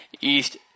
East